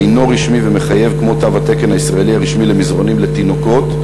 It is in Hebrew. אינו רשמי ומחייב כמו תו התקן הישראלי הרשמי למזרנים לתינוקות,